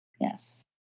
Yes